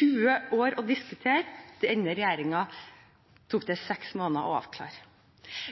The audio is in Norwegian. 20 år å diskutere, for denne regjeringen tok det 6 måneder å avklare.